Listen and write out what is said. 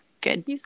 good